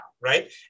Right